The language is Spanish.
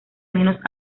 menos